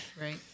Right